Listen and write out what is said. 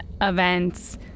events